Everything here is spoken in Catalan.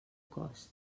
cost